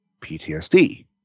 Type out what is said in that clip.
PTSD